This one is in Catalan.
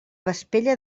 vespella